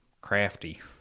crafty